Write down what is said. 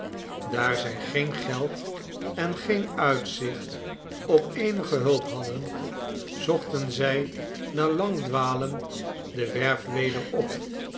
daar zij geen geld en geen uitzicht op eenige hulp hadden zochten zij na lang dwalen de werf weder op